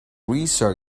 reassure